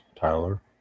Tyler